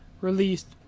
released